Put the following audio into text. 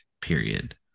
period